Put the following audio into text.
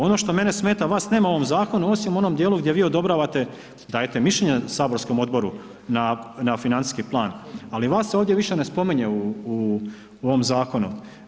Ono što mene smeta, vas nema u ovom zakonu osim u onom djelu gdje vi odobravate, dajete mišljenje saborskom odboru na financijski plan ali vas se ovdje više ne spominje u ovom zakonu.